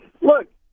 look